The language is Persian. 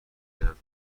برم